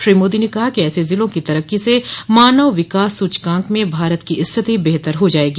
श्री मोदी ने कहा कि ऐसे जिलों की तरक्की से मानव विकास सुचकांक में भारत की संथिति बेहतर हो जाएगी